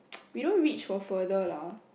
we don't reach for further lah